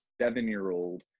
seven-year-old